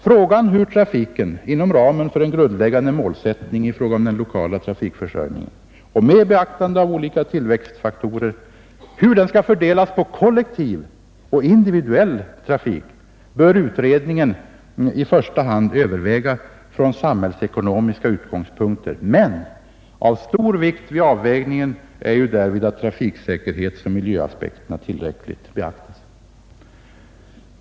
Frågan hur trafiken inom ramen för en grundläggande målsättning inom den lokala trafikförsörjningen och med beaktande av olika tillväxtfaktorer skall fördelas på kollektiv och individuell trafik bör utredningen i första hand överväga från samhällekonomiska utgångspunkter. Av stor vikt vid avvägningen är att trafiksäkerheten och miljöaspekterna tillräckligt beaktas.